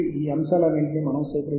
ఈ ఫైల్ ఎలా కనిపిస్తుంది